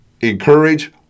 encourage